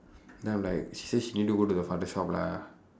then I'm like she say she need to go the father's shop lah